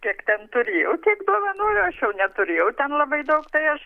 kiek ten turėjau tiek duovanojau aš jau neturėjau ten labai daug tai aš